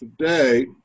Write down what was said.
today